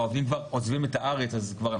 והעובדים כבר עוזבים את הארץ אז אנחנו לא